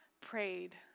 prayed